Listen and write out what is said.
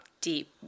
Deep